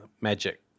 Magic